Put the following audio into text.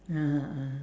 (uh huh) (uh huh)